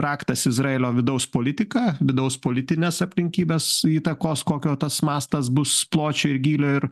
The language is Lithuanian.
raktas izraelio vidaus politika vidaus politinės aplinkybės įtakos kokio tas mastas bus pločio ir gylio ir